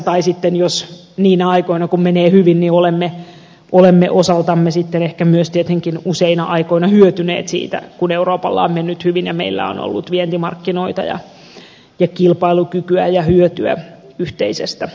tai sitten niinä aikoina kun menee hyvin olemme osaltamme ehkä myös tietenkin useina aikoina hyötyneet siitä kun euroopalla on mennyt hyvin ja meillä on ollut vientimarkkinoita ja kilpailukykyä ja hyötyä yhteisestä